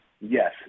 Yes